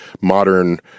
modern